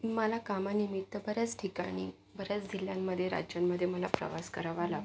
मला कामानिमित्त बऱ्याच ठिकाणी बऱ्याच जिल्ह्यांमध्ये राज्यांमध्ये मला प्रवास करावा लागतो